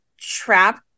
trapped